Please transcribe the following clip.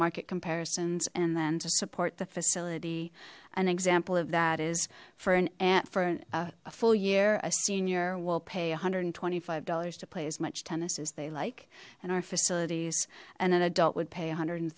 market comparisons and then to support the facility an example of that is for an aunt for a full year a senior will pay a hundred and twenty five dollars to play as much tennis as they'd like and our facilities and an adult would pay a hundred and